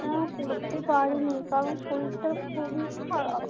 না করতে পারি নি কারণ শরীরটা খুবই খারাপ